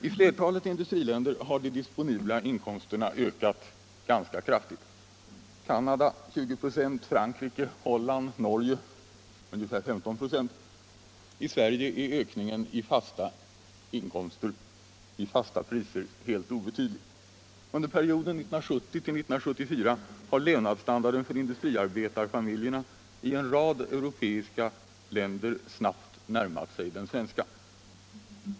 I flertalet industriländer har de disponibla inkomsterna ökat ganska kraftigt, i Canada med 20 96, i Frankrike, Holland och Norge med ca 15 96. I Sverige är ökningen i fasta priser helt obetydlig. Under perioden 1970-1974 har levnadsstandarden för industriarbetarfamiljerna i en rad europeiska länder snabbt närmat sig den svenska.